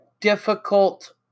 difficult